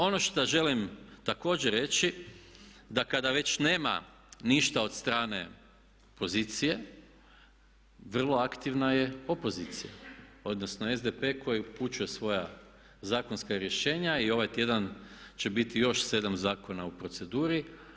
Ono što želim također reći, da kada već nema ništa od strane pozicije vrlo aktivna je opozicija, odnosno SDP koji upućuje svoja zakonska rješenja i ovaj tjedan će biti još 7 zakona u proceduri.